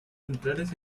centrales